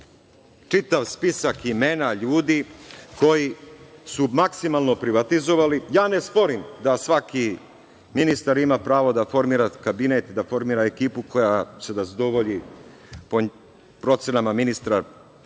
čitav spisak imena ljudi koji su maksimalno privatizovali. Ne sporim da svaki ministar ima pravo da formira kabinet, da formira ekipu koja će da zadovolji po procenama ministra